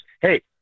Hey